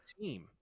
team